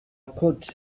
could